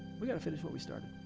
we gotta finish what we started.